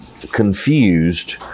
confused